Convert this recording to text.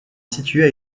situé